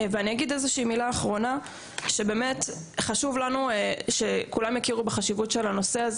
אני אגיד מילה אחרונה שחשוב לנו שכולם יכירו בחשיבות של הנושא,